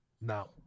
Now